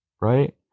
right